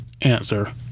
Answer